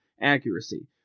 Accuracy